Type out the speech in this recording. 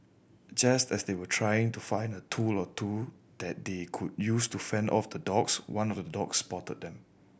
just as they were trying to find a tool or two that they could use to fend off the dogs one of the dogs spotted them